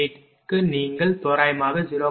5538 க்கு நீங்கள் தோராயமாக 0